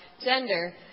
gender